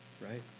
right